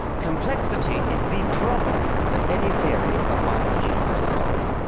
complexity is the problem that any theory of biology has to solve,